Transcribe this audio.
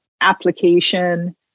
application